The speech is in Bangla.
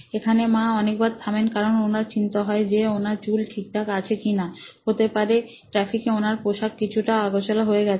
এখানে মা অনেকবার থামেন কারণ ওনার চিন্তা হয় যে ওনার চুল ঠিকঠাক আছে কিনাহতে পারে ট্রাফিকে ওনার পোশাক কিছুটা অগোছালো হয়ে গেছে